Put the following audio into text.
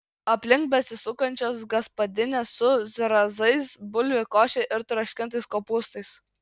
aplink besisukančios gaspadinės su zrazais bulvių koše ir troškintais kopūstais